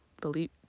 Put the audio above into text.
believe